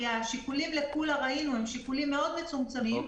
כי ראינו שהשיקולים לקולא הם מאוד מצומצמים.